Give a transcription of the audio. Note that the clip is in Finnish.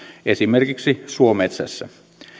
esimerkiksi suometsässä